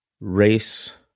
race